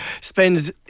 spends